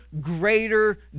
greater